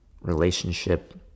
relationship